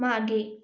मागे